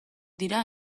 dira